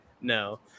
No